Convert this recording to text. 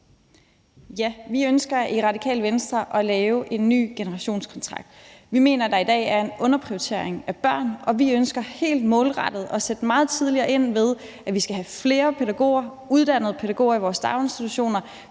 Vi ønsker i Radikale Venstre at lave en ny generationskontrakt. Vi mener, at der i dag er en underprioritering af børn, og vi ønsker helt målrettet at sætte meget tidligere ind, ved at vi skal have flere pædagoger, uddannede pædagoger, i vores daginstitutioner,